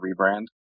rebrand